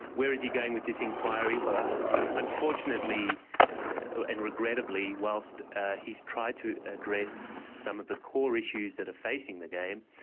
where is he going with this inquiry? unfortunately and regrettably, whilst he's tried to address some of the core issues that are facing the game,